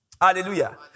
Hallelujah